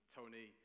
Tony